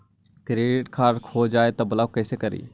Credit card खो जाए तो ब्लॉक कैसे करी?